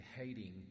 hating